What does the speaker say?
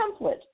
template